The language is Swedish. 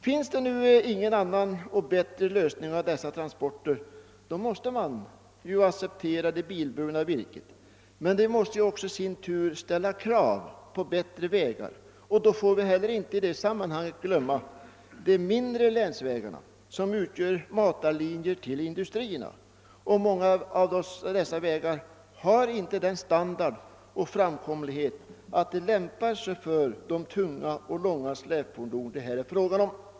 Finns det nu ingen annan och bättre lösning av dessa transporter måste man acceptera det bilburna virket, men det måste också i sin tur innebära krav på bättre vägar. I det sammanhanget får vi inte glömma de mindre länsvägarna som utgör matarlinjer till industrierna. Många av dessa vägar har inte den standard och framkomlighet att de lämpar sig för de tunga och långa släpfordon det här är fråga om.